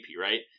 right